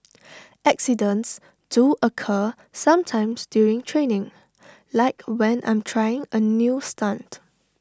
accidents do occur sometimes during training like when I'm trying A new stunt